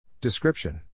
Description